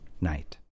Night